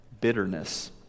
bitterness